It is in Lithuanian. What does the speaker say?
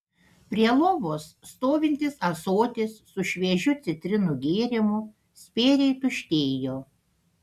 prie lovos stovintis ąsotis su šviežiu citrinų gėrimu spėriai tuštėjo